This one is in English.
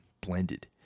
blended